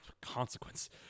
consequence